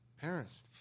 parents